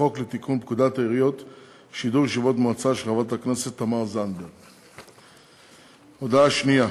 של חברת הכנסת תמר זנדברג בנושא: